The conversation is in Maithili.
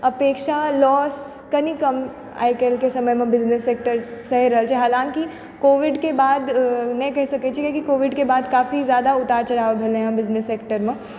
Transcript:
अपेक्षा लोस कनी कम आइकाल्हि के समय मे बिजनेस सेक्टर सहि रहल छै हालाँकि कोविड के बाद नहि कहि सकै छियै कियाकि कोविड के बाद काफी जादा उतार चढाव भेलै हँ बिजनेस सेक्टरमे